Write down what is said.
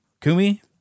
Kumi